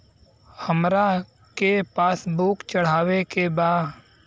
हमरा के पास बुक चढ़ावे के बा?